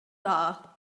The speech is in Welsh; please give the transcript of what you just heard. dda